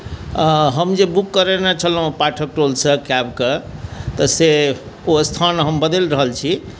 हम जे बुक करेने छलहुँ पाठक टोलसँ कैबके तऽ से ओ स्थान हम बदलि रहल छी